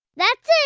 that's it.